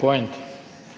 »point«.